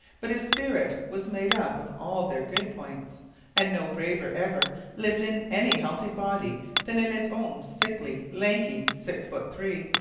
but his spirit was made up of all their good points and no braver ever lived in any healthy body than in his own sickly, lanky six foot three.